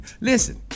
listen